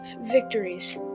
victories